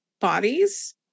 bodies